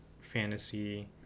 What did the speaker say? fantasy